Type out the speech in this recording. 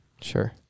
Sure